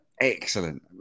excellent